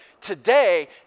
today